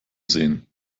sehen